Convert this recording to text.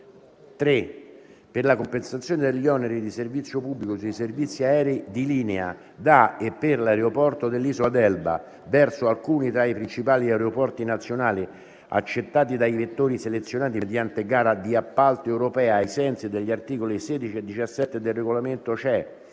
“3. Per la compensazione degli oneri di servizio pubblico sui servizi aerei di linea da e per l’aeroporto dell’isola d’Elba, verso alcuni tra i principali aeroporti nazionali, accettati dai vettori selezionati mediante gara di appalto europea ai sensi degli articoli 16 e 17 del regolamento (CE)